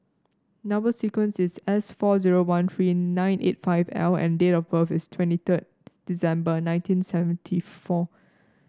number sequence is S four zero one three nine eight five L and date of birth is twenty third December nineteen seventy four